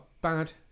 bad